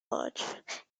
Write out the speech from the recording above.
lodge